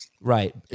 Right